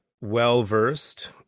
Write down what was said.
well-versed